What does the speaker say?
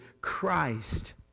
Christ